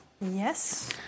Yes